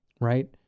right